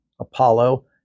Apollo